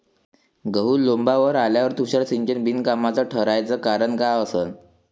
गहू लोम्बावर आल्यावर तुषार सिंचन बिनकामाचं ठराचं कारन का असन?